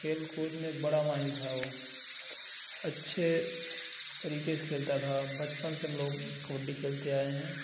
खेलकूद में बड़ा माहिर था वो अच्छे तरीके से खेलता था बच्चपन से हम लोग कबड्डी खेलते आए हैं